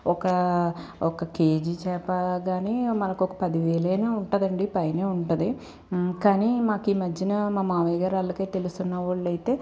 ఒక ఒక కేజీ చేప కాని మనకు ఒక పదివేలు అయినా ఉంటుంది అండి పైనే ఉంటుంది కానీ మాకు ఈ మధ్యన మా మామయ్యగారు వాళ్లకు తెలిసిన వాళ్ళైతే